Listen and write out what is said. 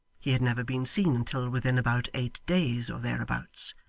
he had never been seen until within about eight days or thereabouts,